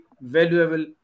valuable